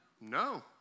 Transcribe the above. No